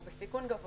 שהוא בסיכון גבוה?